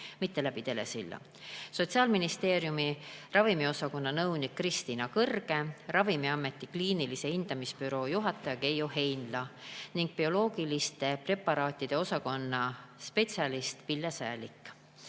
Kaari Saarma, Sotsiaalministeeriumi ravimiosakonna nõunik Kristina Kõrge, Ravimiameti kliinilise hindamise büroo juhataja Keiu Heinla ja bioloogiliste preparaatide osakonna spetsialist Pille Säälik,